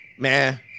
Man